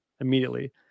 immediately